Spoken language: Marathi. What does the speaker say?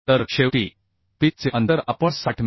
तर शेवटी पिच चे अंतर आपण 60 मि